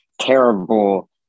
terrible